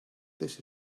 this